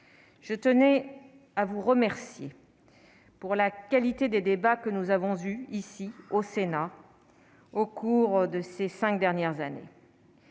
je tenais à vous remercier pour la qualité des débats que nous avons vu ici au Sénat au cours de ces 5 dernières années.